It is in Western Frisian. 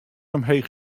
omheech